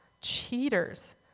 cheaters